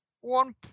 one